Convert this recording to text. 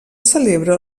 celebra